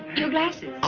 your glasses. oh,